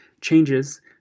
changes